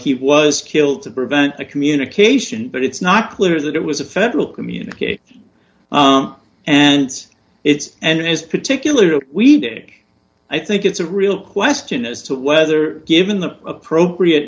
he was killed to prevent the communication but it's not clear that it was a federal communicate and it's and it is particularly we did i think it's a real question as to whether given the appropriate